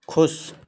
खुश